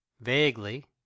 Vaguely